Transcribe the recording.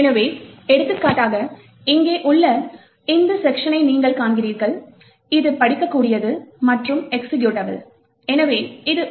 எனவே எடுத்துக்காட்டாக இங்கே உள்ள இந்த செக்க்ஷன்னை நீங்கள் காண்கிறீர்கள் இது படிக்கக்கூடியது மற்றும் எக்சிகியூட்டபிள் எனவே இது ஒரு